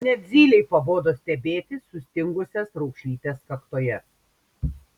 net zylei pabodo stebėti sustingusias raukšlytes kaktoje